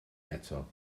eto